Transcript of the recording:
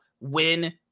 win